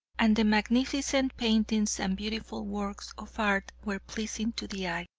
and the magnificent paintings and beautiful works of art were pleasing to the eye.